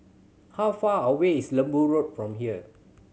how far away is Lembu Road from here